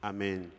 Amen